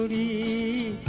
e